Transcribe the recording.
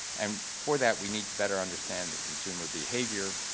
and for that we need to better understand the consumer behavior.